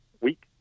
week